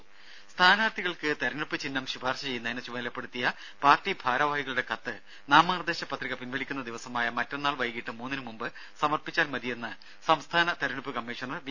ദ്ദേ സ്ഥാനാർത്ഥികൾക്ക് തിരഞ്ഞെടുപ്പ് ചിഹ്നം ശുപാർശ ചെയ്യുന്നതിന് ചുമതലപ്പെടുത്തിയ പാർട്ടി ഭാരവാഹികളുടെ കത്ത് നാമനിർദ്ദേശ പത്രിക പിൻവലിക്കുന്ന ദിവസമായ മറ്റന്നാൾ വൈകിട്ട് മൂന്നിന് മുമ്പ് സമർപ്പിച്ചാൽ മതിയെന്ന് സംസ്ഥാന തിരഞ്ഞെടുപ്പ് കമ്മീഷണർ വി